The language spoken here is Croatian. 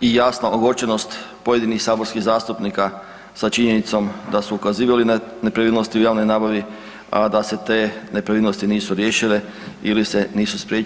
i jasna ogorčenost pojedinih saborskih zastupnika sa činjenicom da su ukazivali na nepravilnosti u javnoj nabavi, a da se te nepravilnosti nisu riješile ili se nisu spriječile.